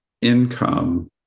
income